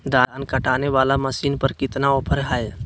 धान काटने वाला मसीन पर कितना ऑफर हाय?